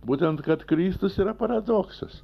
būtent kad kristus yra paradoksas